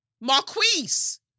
Marquise